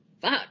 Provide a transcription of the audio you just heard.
Fuck